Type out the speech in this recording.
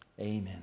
amen